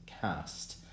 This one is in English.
cast